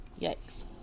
Yikes